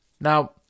Now